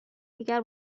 دیگر